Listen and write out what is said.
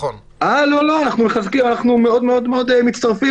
אנחנו מצטרפים.